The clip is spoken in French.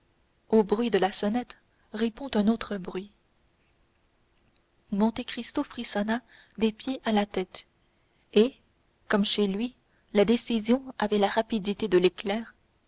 au bruit de la sonnette répond un autre bruit monte cristo frissonna des pieds à la tête et comme chez lui la décision avait la rapidité de l'éclair